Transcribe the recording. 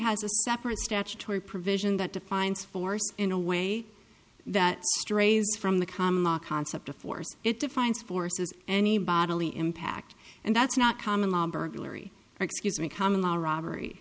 has a separate statutory provision that defines force in a way that strays from the common law concept of force it defines forces any bodily impact and that's not common law burglary or excuse me common law robbery